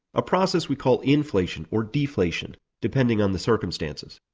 a process we call inflation or deflation depending on the circumstances.